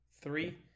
Three